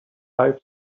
lives